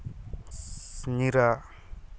ᱧᱤᱨᱟᱜ